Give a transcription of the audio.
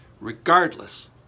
regardless